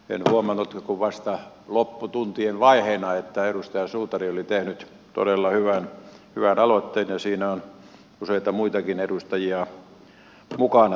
en huomannut kuin vasta lopputuntien vaiheina että edustaja suutari oli tehnyt todella hyvän aloitteen ja siinä on useita muitakin edustajia mukana